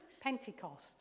Pentecost